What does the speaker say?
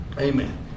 Amen